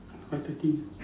five thirty